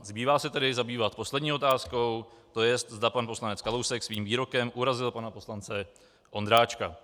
Zbývá se tedy zabývat poslední otázkou, to jest, za pan poslanec Kalousek svým výrokem urazil pana poslance Ondráčka.